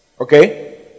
Okay